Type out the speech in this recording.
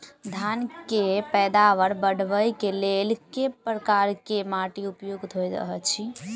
धान केँ पैदावार बढ़बई केँ लेल केँ प्रकार केँ माटि उपयुक्त होइत अछि?